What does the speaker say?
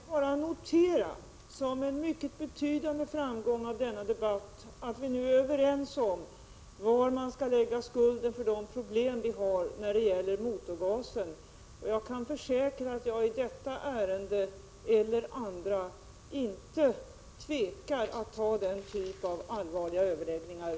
Herr talman! Jag vill bara notera som en mycket betydande framgång i denna debatt, att vi nu är överens om var man skall lägga skulden för de problem vi har när det gäller motorgasen. Och jag kan försäkra att jag i detta ärende — eller andra — inte tvekar att ta upp allvarliga överläggningar.